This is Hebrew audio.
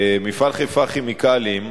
מפעל "חיפה כימיקלים"